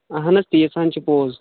اَہَن حظ تیٖژ ہَن چھُ پوٚز